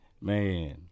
Man